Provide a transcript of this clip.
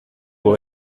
vous